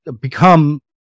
become